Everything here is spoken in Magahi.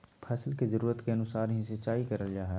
फसल के जरुरत के अनुसार ही सिंचाई करल जा हय